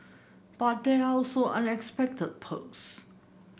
but there are also unexpected perks